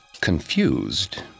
Confused